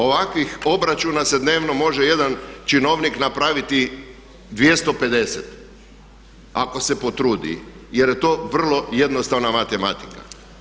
Ovakvih obračuna se dnevno može jedan činovnik napraviti 250, ako se potrudi jer je to vrlo jednostavna matematika.